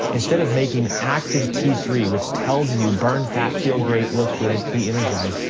instead of making active t three, which tells you burn fat, feel great, look good, be energized,